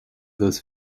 those